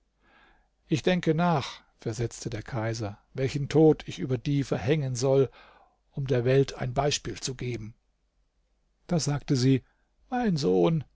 ich denke nach versetzte der kaiser welchen tod ich über die verhängen soll um der welt ein beispiel zu geben da sagte sie mein sohn